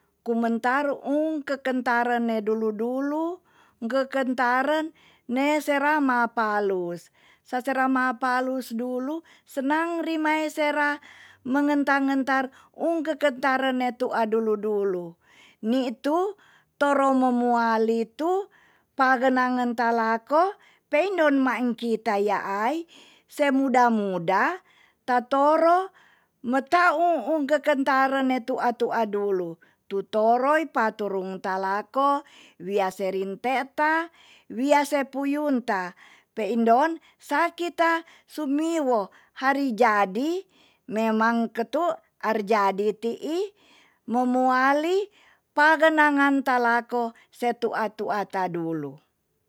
Kumentar um kekentaren ne dulu dulu, kekentaren ne sera mapalus. sa sera mapulus dulu senang remai sera mengenta ngentar um kekentaren ne tu'a ne dulu dulu. ni tu toro momuali tu pagenangen ta lako, pe eindon ma en kita nyaai se muda muda, ta toro meta uun keketaren ne tu'a tu'a dulu. tu toroi pa turun talako wia se rinte ta, wia se puyun ta, pe indon sa kita sumiwo hari jadi memang ketu arjadi ti'i mamuali paganangen ta lako se tu'a tu'a ta dulu.